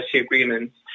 agreements